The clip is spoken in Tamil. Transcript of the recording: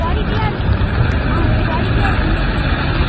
குவாலிட்டியாக இருக்கும் ஆ குவாலிட்டியாக இருக்குமில்லே எல்லா ப்ராடெக்ட்டும்